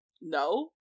No